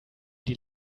die